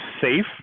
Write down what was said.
safe